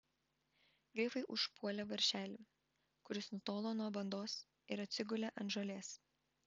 grifai užpuolė veršelį kuris nutolo nuo bandos ir atsigulė ant žolės